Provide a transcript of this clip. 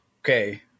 okay